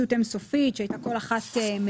בהגשת דוח ישות אין סופית שהייתה כל אחת מאלה.